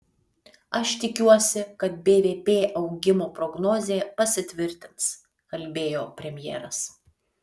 aš tikiuosi kad bvp augimo prognozė pasitvirtins kalbėjo premjeras